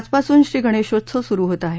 आजपासुन श्री गणेशोत्सव सुरू होत आहे